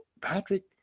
Patrick